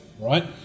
right